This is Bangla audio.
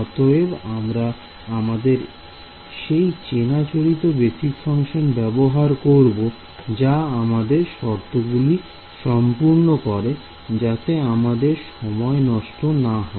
অতএব আমরা এখানে আমাদের সেই চেনা চরিত বেসিক ফাংশন ব্যবহার করব যা আমাদের শর্তগুলি সম্পূর্ণ করে যাতে আমাদের সময় নষ্ট না হয়